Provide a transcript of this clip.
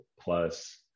plus